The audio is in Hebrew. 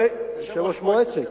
הוא לא יושב-ראש קדימה.